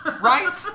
Right